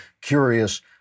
curious